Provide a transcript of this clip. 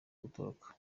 gutoroka